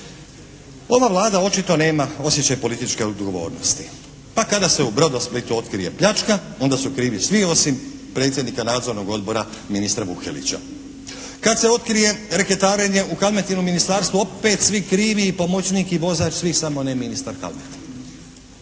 Ova Vlada očito nema osjećaj političke odgovornosti. Pa kada se u Brodosplitu otkrije pljačka onda su krivi svi osim predsjednika Nadzornog odbora ministra Vukelića. Kad se otkrije reketarenje u Kalmetino ministarstvu, opet svi krivi i pomoćnik i vozač samo ne ministar Kalmeta.